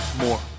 more